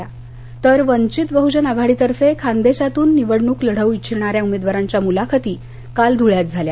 धुळे तर वंचित बहुजन आघाडीतर्फे खानदेशातून निवडणुक लढवू इच्छिणाऱ्या उमेदवारांच्या मुलाखती काल धुळ्यात झाल्या